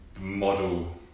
model